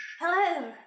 Hello